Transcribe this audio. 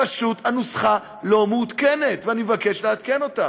פשוט הנוסחה לא מעודכנת, ואני מבקש לעדכן אותה.